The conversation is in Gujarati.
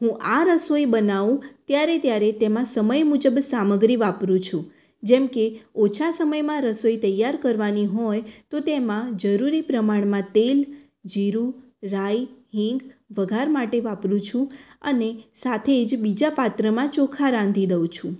હું આ રસોઈ બનાવું ત્યારે ત્યારે તેમાં સમય મુજબ સામગ્રી વાપરું છું જેમકે ઓછા સમયમાં રસોઈ તૈયાર કરવાની હોય તો તેમાં જરૂરી પ્રમાણમાં તેલ જીરું રાઈ હિંગ વઘાર માટે વાપરું છું અને સાથે જ બીજા પાત્રમાં ચોખા રાંધી દઉં છું